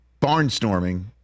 barnstorming